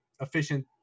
efficient